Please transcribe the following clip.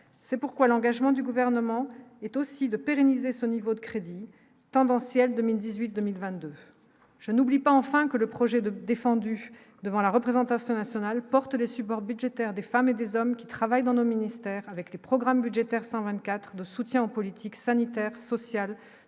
c'est pourquoi l'engagement du gouvernement est aussi de pérenniser ce niveau de crédit tendanciel 2018, 2022 je n'oublie pas, enfin, que le projet de défendu devant la représentation nationale porte des supports budgétaires des femmes et des hommes qui travaillent dans nos ministères avec les programmes budgétaires 124 de soutien politique sanitaire, social